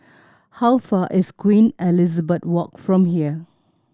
how far is Queen Elizabeth Walk from here